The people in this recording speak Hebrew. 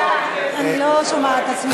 אני לא שומעת את עצמי.